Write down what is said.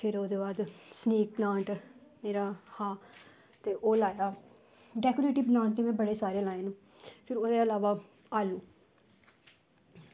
फिर ओह्दे बाद स्नैक प्लांट ओह्दा हा ते ओह् लाया डेकोरेटिव प्लांट ते बड़े सारे लाए न फिर ओह्दे इलावा आइये